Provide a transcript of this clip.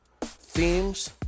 themes